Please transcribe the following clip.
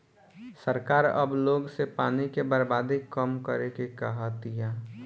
सरकार अब लोग से पानी के बर्बादी कम करे के कहा तिया